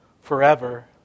forever